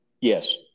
Yes